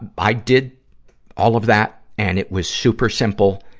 i did all of that, and it was super simple,